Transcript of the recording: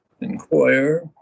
inquire